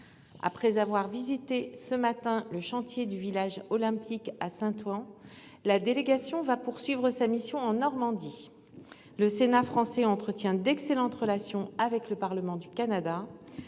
Après avoir visité ce matin le chantier du village olympique à Saint-Ouen. La délégation va poursuivre sa mission en Normandie. Le sénat français entretient d'excellentes relations avec le Parlement du Canada.